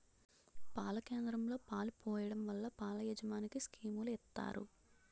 పాల కేంద్రంలో పాలు పోయడం వల్ల పాల యాజమనికి స్కీములు ఇత్తారు